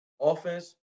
Offense